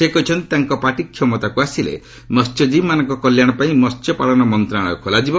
ସେ କହିଛନ୍ତି ତାଙ୍କ ପାର୍ଟି କ୍ଷମତାକୁ ଆସିଲେ ମହ୍ୟଜୀବୀମାନଙ୍କ କଲ୍ୟାଣ ପାଇଁ ମହ୍ୟପାଳନ ମନ୍ତ୍ରଣାଳୟ ଖୋଲାଯିବ